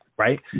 right